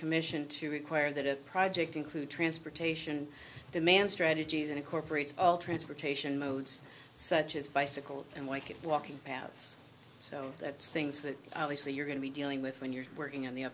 commission to require that a project include transportation demand strategies and incorporates transportation modes such as bicycle and like walking paths so that's things that obviously you're going to be dealing with when you're working on the